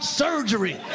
surgery